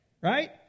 right